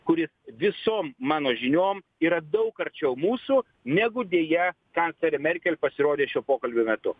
kuris visom mano žiniom yra daug arčiau mūsų negu deja kanclerė merkel pasirodė šio pokalbio metu